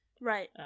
Right